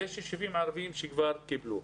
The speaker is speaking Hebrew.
ויש ישובים ערביים שכבר קיבלו.